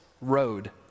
road